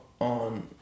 on